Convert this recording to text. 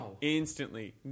instantly